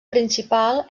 principal